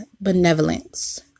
benevolence